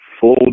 full